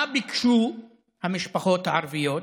מה ביקשו המשפחות הערביות,